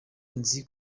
nzi